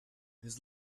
his